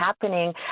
happening